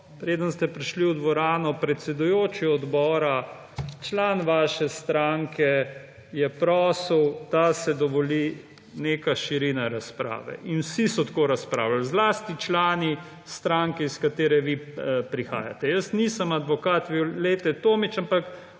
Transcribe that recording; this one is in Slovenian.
preden ste prišli v dvorano. Predsedujoči odbora in član vaše stranke je prosil, da se dovoli neka širina razprave. In vsi so tako razpravljali, zlasti člani stranke, iz katere vi prihajate. Jaz nisem advokat Violete Tomić, ampak